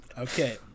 Okay